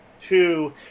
two